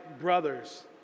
brothers